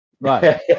Right